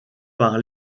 par